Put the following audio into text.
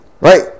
right